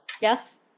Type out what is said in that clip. yes